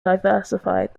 diversified